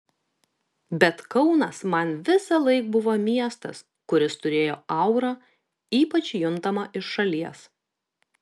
bet kaunas man visąlaik buvo miestas kuris turėjo aurą ypač juntamą iš šalies